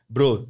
Bro